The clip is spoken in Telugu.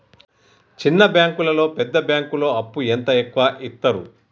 చిన్న బ్యాంకులలో పెద్ద బ్యాంకులో అప్పు ఎంత ఎక్కువ యిత్తరు?